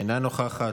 אינה נוכחת,